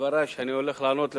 בדברי שאני הולך לענות לך,